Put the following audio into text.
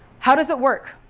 how does it work?